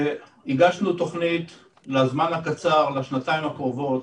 הגשנו תוכנית לזמן הקצר, לשנתיים הקרובות